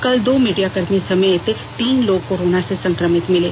कल दो मीडियाकर्मी समेत तीन लोग कोरोना से संक्रमित मिले